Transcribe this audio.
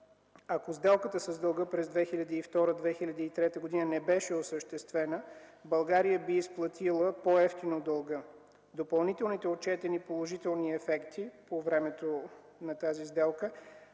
ако сделката с дълга през 2002-2003 г. не беше осъществена, България би изплатила по-евтино дълга. Допълнителните отчетени положителни ефекти по времето на тази сделка,